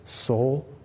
soul